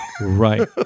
Right